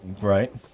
Right